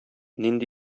нинди